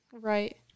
Right